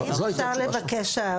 אני רק רוצה להגיד,